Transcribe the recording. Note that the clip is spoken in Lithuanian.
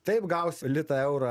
taip gaus litą eurą